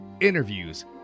interviews